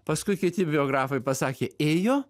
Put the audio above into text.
paskui kiti biografai pasakė ėjo